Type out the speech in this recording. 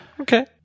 okay